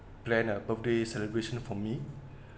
plan a birthday celebration for me